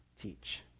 teach